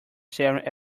staring